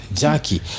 jackie